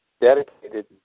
dedicated